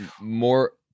More